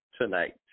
tonight